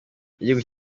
igihugu